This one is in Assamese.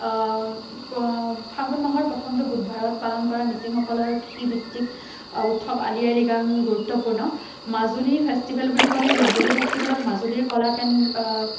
ফাগুণ মাহৰ প্ৰথমটো বুধবাৰত পালন কৰা মিচিংসকলৰ কৃষিভিত্তিক উৎসৱ আলি আই লিগাং গুৰুত্ত্বপূৰ্ণ মাজুলী ফেষ্টিভেল বুলি ক'লে মাজুলী ফেষ্টিভেলত মাজুলীৰ কলা কেন্দ্ৰ